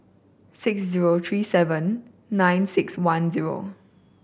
six zero three seven nine six one zero